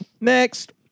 Next